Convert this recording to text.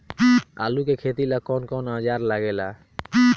आलू के खेती ला कौन कौन औजार लागे ला?